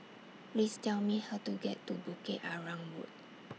Please Tell Me How to get to Bukit Arang Road